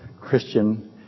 Christian